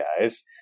guys